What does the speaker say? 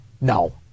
No